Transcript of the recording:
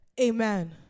Amen